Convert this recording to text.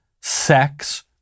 sex